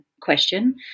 question